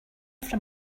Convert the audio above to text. from